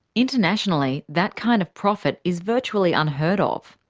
internationally, that kind of profit is virtually unheard of.